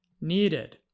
needed